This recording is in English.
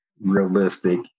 realistic